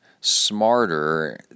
smarter